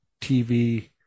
TV